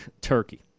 turkey